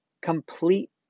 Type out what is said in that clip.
complete